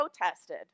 protested